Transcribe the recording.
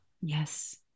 Yes